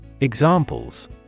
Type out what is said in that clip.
Examples